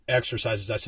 exercises